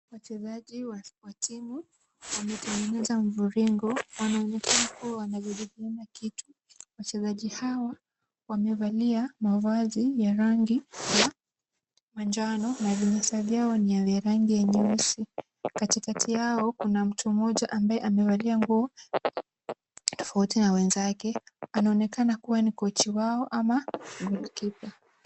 Wachezaji wa timu wametengeneza mviringo. Wanaonekana kuwa wanajadiliana kitu. Wachezaji hawa wamevalia mavazi ya rangi ya manjano na vinyasa vyao ni vya rangi nyeusi. Katikati yao kuna mtu mmoja mbaye amevalia nguo tofauti na wenzake. Anaonekana kuwa ni kochi wao ama ni goalkeeper .